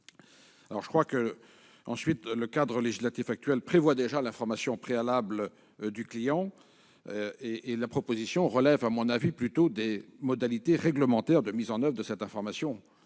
je crois que le cadre législatif actuelprévoit déjà l'information préalable du client. Le sujet relève à mon avis plutôt des modalités réglementaires de mise en oeuvre de cette information.